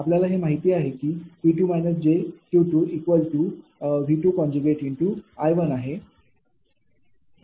आपल्याला हे माहिती आहे की 𝑃−𝑗𝑄V𝐼 आहे